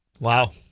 Wow